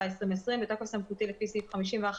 התשפ"א-2020 בתוקף סמכותי לפי סעיף 51